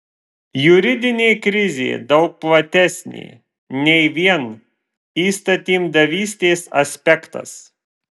juridinė krizė daug platesnė nei vien įstatymdavystės aspektas